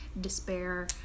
despair